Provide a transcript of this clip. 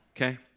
Okay